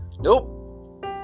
nope